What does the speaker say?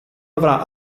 avrà